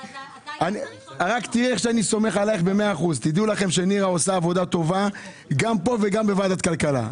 תדעו לכם שנירה עושה עבודה טובה גם פה וגם בוועדת הכלכלה.